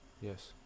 yes